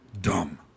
dumb